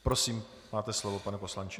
Prosím, máte slovo, pane poslanče.